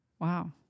Wow